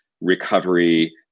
recovery